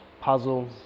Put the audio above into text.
puzzle